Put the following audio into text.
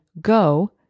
go